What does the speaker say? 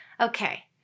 okay